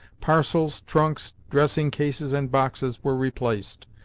parcels, trunks, dressing-cases, and boxes were replaced,